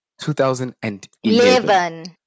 2011